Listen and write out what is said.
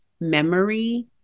memory